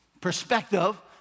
perspective